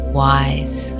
wise